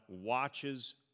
watches